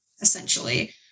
essentially